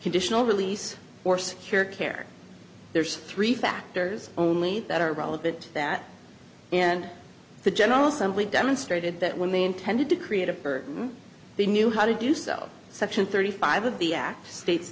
conditional release or secure care there's three factors only that are relevant to that and the general assembly demonstrated that when they intended to create a burden they knew how to do so section thirty five of the act states